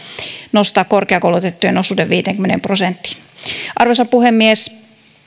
nostaa korkeakoulutettujen osuuden viiteenkymmeneen prosenttiin arvoisa puhemies